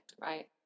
right